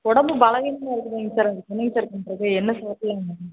உடம்பு பலவீனமாக இருக்குதுங்க சார் அதுக்கு என்னங்க சார் பண்ணுறது என்ன சாப்பிட்லாங்க